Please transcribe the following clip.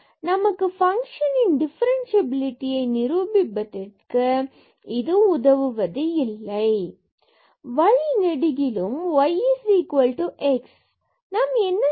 நமக்கு பங்க்ஷன் இன் டிஃபரண்ட்சியபிலிட்டியை நிரூபிப்பதற்கு இந்த நிலையில் இது உதவுவது இல்லை வழி நெடுகிலும் yx fxxy 2x→0⁡cos 1x2 நாம் என்ன செய்யலாம்